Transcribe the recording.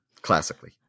classically